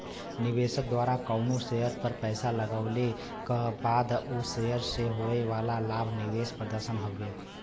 निवेशक द्वारा कउनो शेयर पर पैसा लगवले क बाद उ शेयर से होये वाला लाभ निवेश प्रदर्शन हउवे